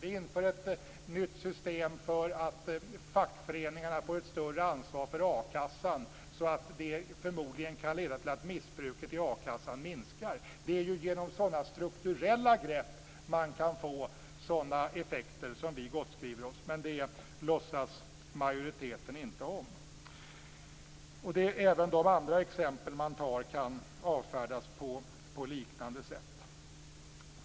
Vi inför ett nytt system så att fackföreningarna får ett större ansvar för a-kassan, så att - förmodligen - missbruket i a-kassan minskar. Det är ju genom sådana strukturella grepp som vi kan få sådana effekter som vi kan gottskriva oss. Men det låtsas majoriteten inte om. Även andra exempel avfärdas på liknande sätt.